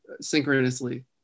synchronously